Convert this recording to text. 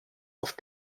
auf